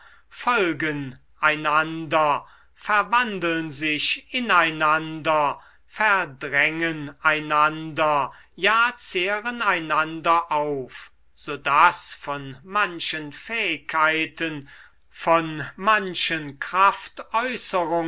folgen einander verwandeln sich ineinander verdrängen einander ja zehren einander auf so daß von manchen fähigkeiten von manchen